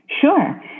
Sure